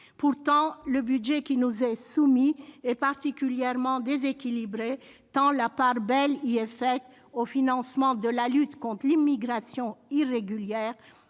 Pourtant, le budget qui nous est soumis est particulièrement déséquilibré, tant la part belle y est faite au financement de la lutte contre l'immigration irrégulière,